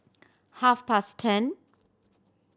half past ten